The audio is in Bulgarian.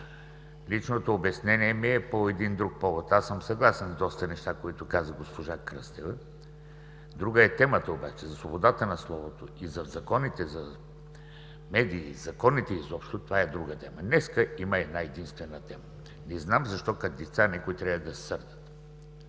Личното обяснение ми е по друг повод. Аз съм съгласен с доста неща, които каза госпожа Кръстева – друга е темата обаче. За свободата на словото и за законите за медиите, законите изобщо – това е друга тема. Днес има една-единствена тема. Не знам защо някои трябва да са като